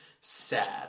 sad